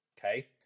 okay